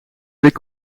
blik